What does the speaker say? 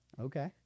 Okay